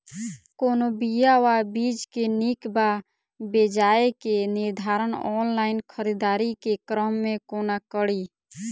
कोनों बीया वा बीज केँ नीक वा बेजाय केँ निर्धारण ऑनलाइन खरीददारी केँ क्रम मे कोना कड़ी?